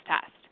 test